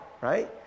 right